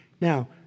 Now